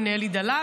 הינה אלי דלל,